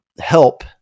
help